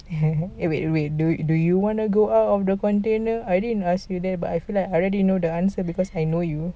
wait wait do you want to go out of the container I already ask you that but I feel like I already know the answer because I know you